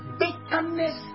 bitterness